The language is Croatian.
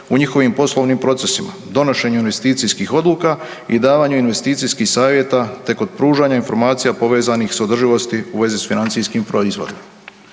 u njihovim poslovnim procesima, donošenju investicijskih odluka i davanju investicijskih savjeta te kod pružanja informacija povezanih s održivosti u vezi s financijskim proizvodom.